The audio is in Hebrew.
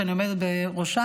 שאני עומדת בראשה,